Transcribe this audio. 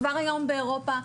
כבר היום באירופה,